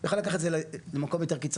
הוא יכול היה לקחת את זה למקום יותר קיצוני.